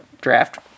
draft